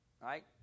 right